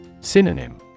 Synonym